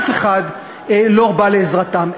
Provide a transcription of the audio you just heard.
אף אחד לא בא לעזרתם.